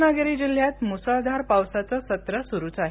रवागिरी जिल्ह्यात मुसळधार पावसाचं सत्र सुरूच आहे